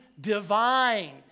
divine